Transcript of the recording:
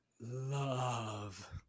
love